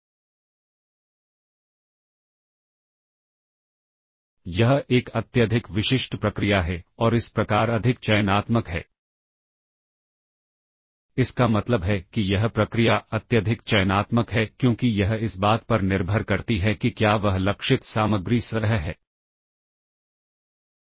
तो यह ऐसा है कि यह मेरा में प्रोग्राम है और मन की इसकी मेमोरी लोकेशन 1000 है और इसी तरह से यह आगे बढ़ता है और उसके बाद सब रूटीन जिसकी शुरुआती लोकेशन 4000 है तो इंस्ट्रक्शन के कॉल के लिए यह कॉल 4000 hex है